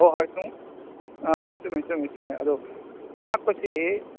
ꯍꯣꯏ ꯍꯣꯏ ꯑꯥ ꯆꯨꯝꯃꯤ ꯆꯨꯝꯃꯤ ꯆꯨꯝꯃꯤ ꯑꯗꯣ ꯂꯥꯛꯄꯁꯤ